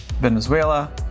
Venezuela